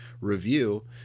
review